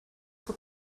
were